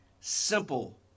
simple